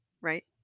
Right